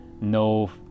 no